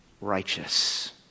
Righteous